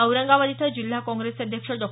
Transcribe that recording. औरंगाबाद इथं जिल्हा काँग्रेसचे अध्यक्ष डॉ